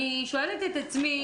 אני שואלת את עצמי,